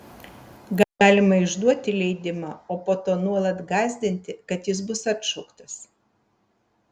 galima išduoti leidimą o po to nuolat gąsdinti kad jis bus atšauktas